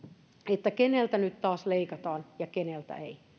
että keneltä nyt taas leikataan ja keneltä ei